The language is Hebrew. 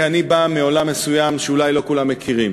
כי אני בא מעולם מסוים שאולי לא כולם מכירים.